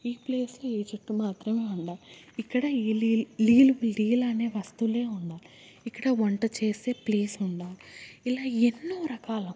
ఈ ప్లేస్లో ఈ చెట్టు మాత్రమే ఉండాలి ఇక్కడ ఈ లీల్ లీల్ లీల అనే వస్తువులే ఉండాలి ఇక్కడ వంట చేసే ప్లేస్ ఉండాలి ఇలా ఎన్నో రకాల